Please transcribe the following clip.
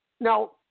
now